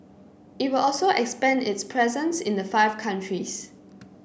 it will also expand its presence in the five countries